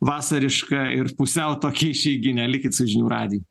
vasarišką ir pusau tokią išeiginę likit su žinių radijų